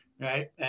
right